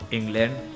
England